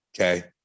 Okay